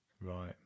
right